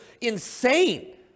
insane